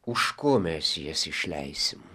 už ko mes jas išleisim